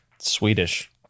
Swedish